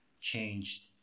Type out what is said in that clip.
changed